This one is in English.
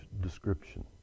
description